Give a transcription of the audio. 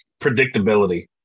Predictability